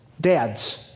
Dads